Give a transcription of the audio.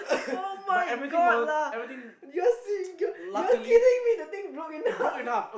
[oh]-my-God lah Justin you are kidding me the thing broke into half